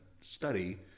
study